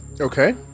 Okay